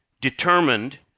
determined